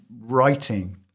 writing